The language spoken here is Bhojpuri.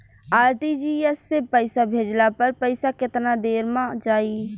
आर.टी.जी.एस से पईसा भेजला पर पईसा केतना देर म जाई?